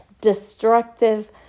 destructive